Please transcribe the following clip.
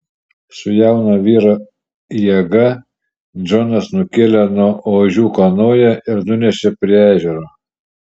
su jauno vyro jėga džonas nukėlė nuo ožių kanoją ir nunešė prie ežero